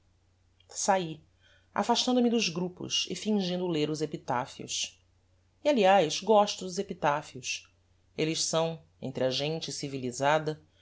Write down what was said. saí afastando me dos grupos e fingindo ler os epitaphios e aliás gosto dos epitaphios elles são entre a gente civilisada